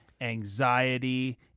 anxiety